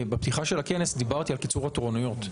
בפתיחת הכנס דיברתי על קיצור התורנויות,